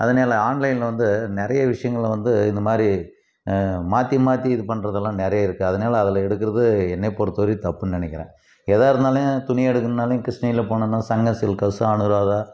அதனால ஆன்லைனில் வந்து நிறைய விஷயங்கள்ல வந்து இந்த மாதிரி மாற்றி மாற்றி இது பண்றதெல்லாம் நிறைய இருக்குது அதனால அதில் எடுக்கிறது என்னை பொறுத்த வரையும் தப்புனு நினைக்கிறேன் ஏதா இருந்தாலும் துணி எடுக்குணுனாலும் கிருஷ்ணகிரியில் போனோம்னால் சங்கம் சில்க்ஸோ அனுராதா